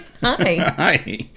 Hi